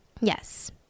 Yes